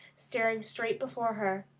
staring straight before her.